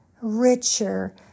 richer